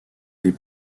des